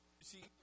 See